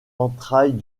entrailles